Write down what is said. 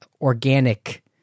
organic